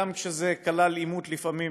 גם אם זה כלל עימות לפעמים